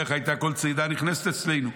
איך הייתה כל צידה נכנסת אצלנו.